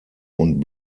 und